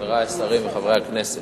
וחברי הכנסת,